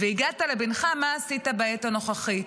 והגדת לבנך מה עשית בעת הנוכחית.